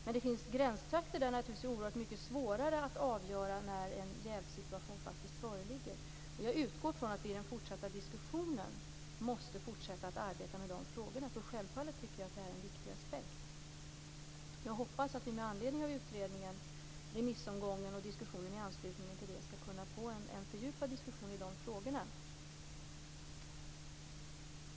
Men det finns gränstrakter där det naturligtvis är oerhört mycket svårare att avgöra när en jävssituation faktiskt föreligger. Jag utgår från att vi i den fortsatta diskussionen måste fortsätta att arbeta med de här frågorna. Självfallet tycker jag att detta är en viktig aspekt. Jag hoppas att vi med anledning av utredningen, remissomgången och diskussionen i anslutning till den skall kunna få en fördjupad diskussion i de här frågorna.